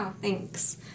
thanks